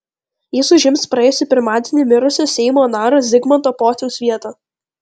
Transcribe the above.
jis užims praėjusį pirmadienį mirusio seimo nario zigmanto pociaus vietą